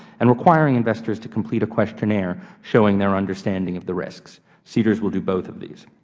and requiring investors to complete a questionnaire showing their understanding of the risks. seedrs will do both of these.